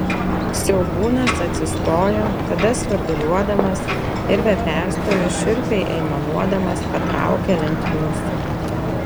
siaubūnas atsistojo tada svirduliuodamas ir be perstojo šiurpiai aimanuodamas patraukė link mūsų